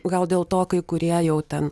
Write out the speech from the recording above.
gal dėl to kai kurie jau ten